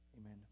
Amen